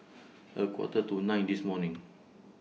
A Quarter to nine This morning